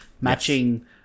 matching